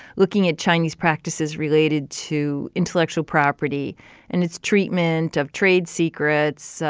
looking at chinese practices related to intellectual property and its treatment of trade secrets,